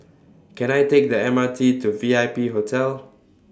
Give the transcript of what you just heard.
Can I Take The M R T to V I P Hotel